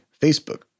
Facebook